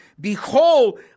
Behold